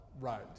right